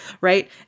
right